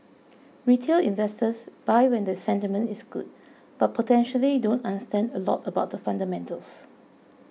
retail investors buy when the sentiment is good but potentially don't understand a lot about the fundamentals